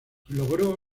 logró